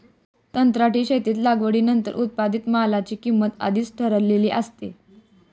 कंत्राटी शेतीत लागवडीनंतर उत्पादित मालाची किंमत आधीच ठरलेली असते